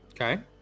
Okay